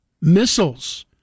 missiles